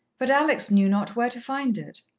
but alex knew not where to find it.